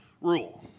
rule